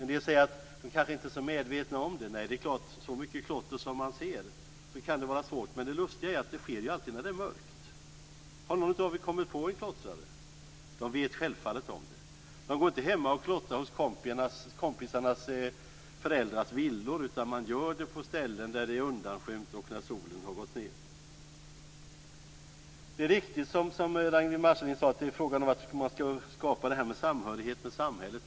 En del säger att de kanske inte är så medvetna om det. Nej, så mycket klotter som man ser kan det vara svårt, men det lustiga är att det alltid sker när det är mörkt. Har någon av er kommit på en klottrare? De vet självfallet om det. De går inte hem till kompisarnas föräldrars villor och klottrar, utan de gör det på ställen där det är undanskymt och när solen har gått ned. Det är riktigt, som Ragnwi Marcelind sade, att det är fråga om att skapa samhörighet med samhället.